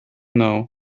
know